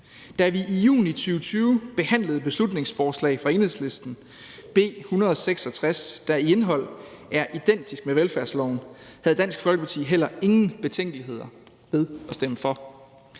Da vi i juni 2020 behandlede et beslutningsforslag fra Enhedslisten – B 166 – der i indholdet var identisk med velfærdsloven, havde Dansk Folkeparti heller ingen betænkeligheder ved at stemme for.